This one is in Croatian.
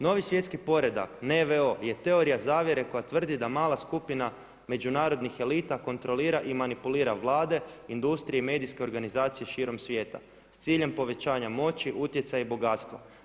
Novi svjetski poredak NWO je teorija zavjere koja tvrdi da mala skupina međunarodnih elita kontrolira i manipulira vlade, industrije i medijske organizacije širom svijeta s ciljem povećanja moći, utjecaj i bogatstva.